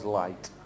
light